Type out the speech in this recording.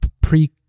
pre